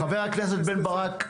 חבר הכנסת בן ברק,